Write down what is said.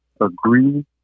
agree